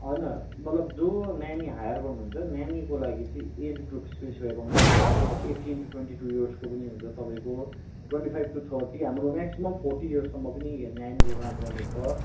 होइन मतलब जो नैनी हायर गर्नुहुन्छ नैनीको लागि चाहिँ एज ग्रुप स्पेसिफाई गर्नुहोस् न जस्तो एटिन टू ट्वेन्टी टू इयर्सको पनि हुन्छ तपाईँको ट्वेन्टी फाइभ टू थर्टी हाम्रो म्याक्सिमम् फोर्टी इयरसम्म पनि नैनीको काम गर्ने छ